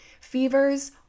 Fevers